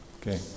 Okay